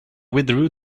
withdrew